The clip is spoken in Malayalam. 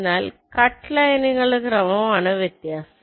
എന്നാൽ കട്ട ലൈനുകളുടെ ക്രമമാണ് വ്യത്യസ്തം